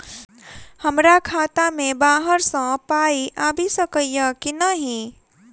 हमरा खाता मे बाहर सऽ पाई आबि सकइय की नहि?